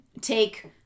take